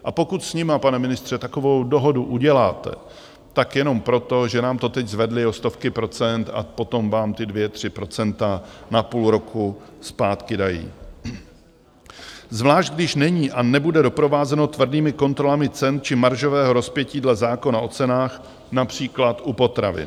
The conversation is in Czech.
A pokud s nimi, pane ministře, takovou dohodu uděláte, tak jenom proto, že nám to teď zvedli o stovky procent a potom vám ty dvě, tři procenta na půl roku zpátky dají, zvlášť když není a nebude doprovázeno tvrdými kontrolami cen či maržového rozpětí dle zákona o cenách, například u potravin.